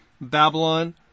Babylon